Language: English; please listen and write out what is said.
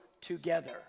together